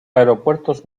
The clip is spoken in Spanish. aeropuertos